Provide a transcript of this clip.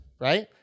right